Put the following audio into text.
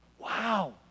Wow